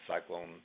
cyclone